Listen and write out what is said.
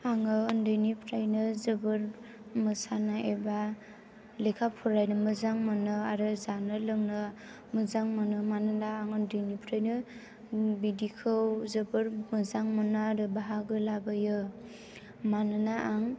आङो उन्दैनिफ्रायनो जोबोद मोसानाय एबा लेखा फरायनो मोजां मोनो आरो जानो लोंनो मोजां मोनो मानोना आं उन्दैनिफ्रायनो बिब्दिखौ जोबोर मोजां मोनो आरो बाहागो लाबोयो आं